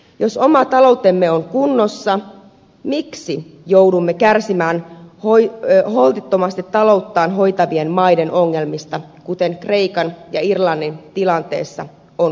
jos oma taloutemme on kunnossa miksi joudumme kärsimään holtittomasti talouttaan hoitavien maiden ongelmista kuten kreikan ja irlannin tilanteesta